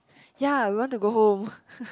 ya we want to go home